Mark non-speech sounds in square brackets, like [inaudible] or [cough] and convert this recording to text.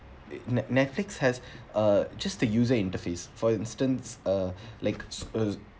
net netflix has [breath] uh just the user interface for instance uh [breath] like su~ uh